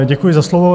Děkuji za slovo.